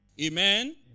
Amen